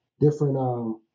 different